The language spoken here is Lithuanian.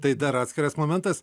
tai dar atskiras momentas